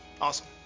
Awesome